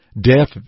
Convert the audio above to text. Death